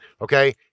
Okay